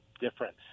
difference